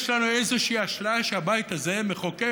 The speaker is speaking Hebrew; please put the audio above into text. יש לנו איזושהי אשליה שהבית הזה מחוקק.